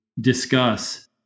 discuss